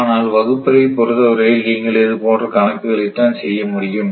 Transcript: ஆனால் வகுப்பறையை பொறுத்தவரையில் நீங்கள் இது போன்ற கணக்குகளை தான் செய்ய முடியும்